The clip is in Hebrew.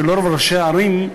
שרוב ראשי הערים,